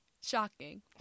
Shocking